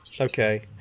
Okay